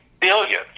billions